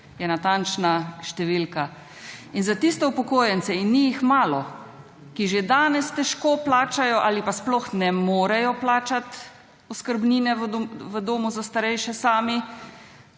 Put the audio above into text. natančna številka. In za tiste upokojence – in ni jih malo– , ki že danes težko plačajo ali pa sploh ne morejo plačati oskrbnine v domu za starejše sami,